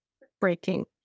heartbreaking